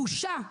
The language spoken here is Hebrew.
בושה,